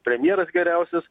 premjeras geriausias